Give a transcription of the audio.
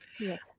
Yes